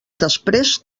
després